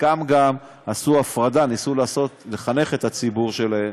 חלקן גם עשו הפרדה, ניסו לחנך את הציבור שלהם